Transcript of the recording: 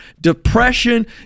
depression